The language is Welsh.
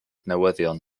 newyddion